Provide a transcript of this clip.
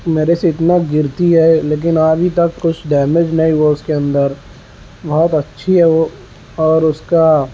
میرے سے اتنا گرتی ہے لیکن ابھی تک کچھ ڈیمیج نہیں ہوا ہے اس کے اندر بہت اچھی ہے وہ اور اس کا